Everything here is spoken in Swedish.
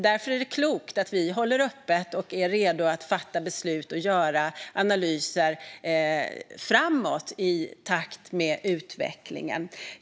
Därför är det klokt att vi håller öppet och är redo att fatta beslut och göra analyser framåt i takt med utvecklingen.